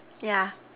yeah